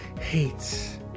hates